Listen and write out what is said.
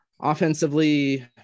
Offensively